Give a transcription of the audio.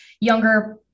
younger